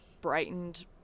brightened